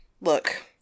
Look